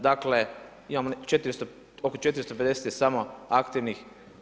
Dakle, imamo oko 450 je samo aktivnih.